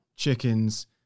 Chickens